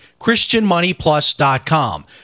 christianmoneyplus.com